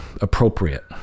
appropriate